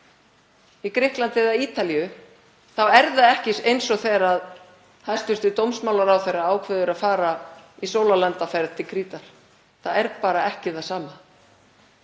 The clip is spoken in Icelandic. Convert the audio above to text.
í Grikklandi eða á Ítalíu þá er það ekki eins og þegar hæstv. dómsmálaráðherra ákveður að fara í sólarlandaferð til Krítar. Það er bara ekki það sama.